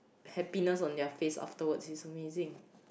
happiness on their face afterwards it's amazing